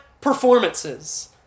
performances